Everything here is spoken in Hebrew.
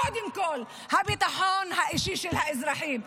קודם כול, הביטחון האישי של האזרחים.